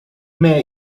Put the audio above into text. may